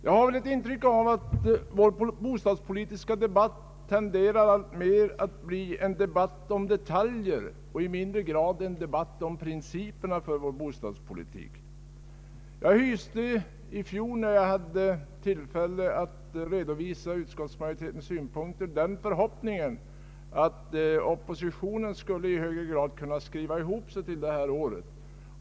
Jag har ett intryck av att vår bostadspolitiska debatt alltmer tenderar att bli en debatt om detaljer och i mindre grad en debatt om principerna för vår bostadspolitik. Jag hyste i fjol, när jag hade tillfälle att redovisa utskottsmajoritetens synpunkter, den förhoppningen att oppositionen i högre grad skulle kunna skriva ihop sig till detta år.